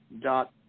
dot